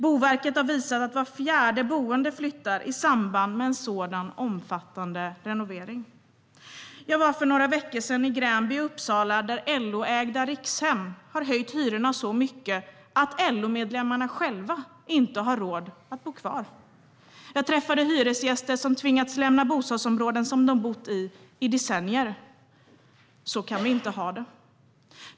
Boverket har visat att var fjärde boende flyttar i samband med en omfattande renovering. Jag var för några veckor sedan i Gränby i Uppsala där LO-ägda Rikshem har höjt hyrorna så mycket att LO-medlemmarna själva inte har råd att bo kvar. Jag träffade hyresgäster som tvingats att lämna bostadsområden där de har bott i decennier. Så kan vi inte ha det.